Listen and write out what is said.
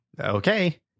Okay